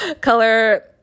color